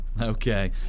Okay